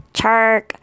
Chark